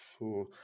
Four